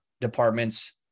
departments